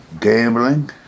gambling